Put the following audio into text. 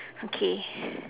okay